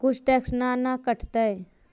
कुछ टैक्स ना न कटतइ?